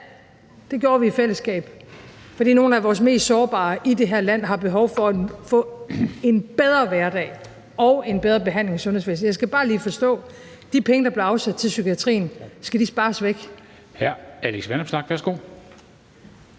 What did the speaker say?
det gjorde vi i fællesskab, fordi nogle af vores mest sårbare i det her land har behov for at få en bedre hverdag og en bedre behandling i sundhedsvæsenet. Jeg skal bare lige forstå: De penge, der blev afsat til psykiatrien, skal de spares væk?